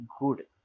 good